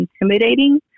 intimidating